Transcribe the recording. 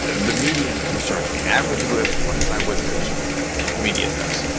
and the median concerns me. average would of twenty five wouldn't concern me. but median does.